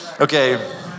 Okay